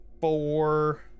four